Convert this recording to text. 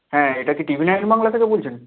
হ্যাঁ এটা কি টিভি নাইন বাংলা থেকে বলছেন